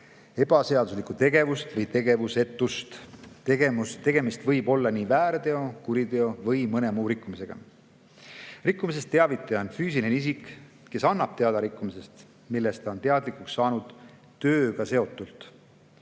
ebaseaduslikku tegevust või tegevusetust. Tegemist võib olla väärteoga, kuriteoga või mõne muu rikkumisega. Rikkumisest teavitaja on füüsiline isik, kes annab teada rikkumisest, millest ta on teadlikuks saanud tööga seotult.